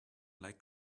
like